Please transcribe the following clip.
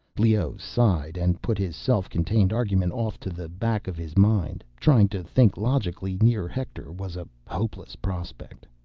leoh sighed and put his self-contained argument off to the back of his mind. trying to think logically near hector was a hopeless prospect.